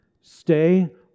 Stay